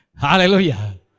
Hallelujah